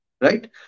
Right